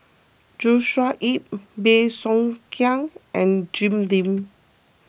Joshua Ip Bey Soo Khiang and Jim Lim